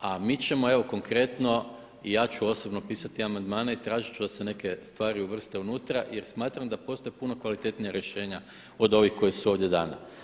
a mi ćemo ovdje konkretno i ja ću osobno pisati amandmane i tražit ću da se neke stvari uvrste unutra jer smatram da postoji puno kvalitetnija rješenja od ovih koja su ovdje dana.